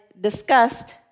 discussed